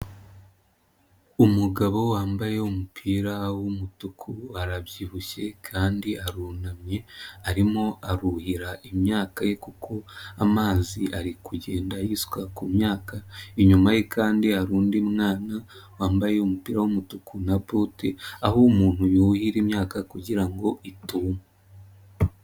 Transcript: Umugabo wambaye umupira w'umutuku arabyibushye kandi arunamye, arimo aruhira imyaka ye kuko amazi ari kugenda yisuka ku myaka, inyuma ye kandi hari undi mwana wambaye umupira w'umutuku na bote, aho umuntu yuhira imyaka kugira ngo ituma.